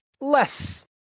less